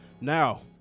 Now